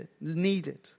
Needed